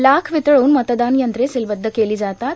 लाख वितळवून मतदान यंत्रे सीलबंद केला जातात